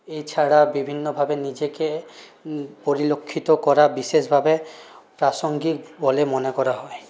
এ ছাড়া বিভিন্ন ভাবে নিজেকে পরিলক্ষিত করা বিশেষভাবে প্রাসঙ্গিক বলে মনে করা হয়